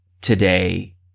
today